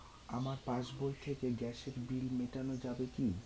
আমার পাসবই থেকে গ্যাসের বিল মেটানো যাবে কি?